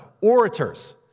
orators